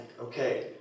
okay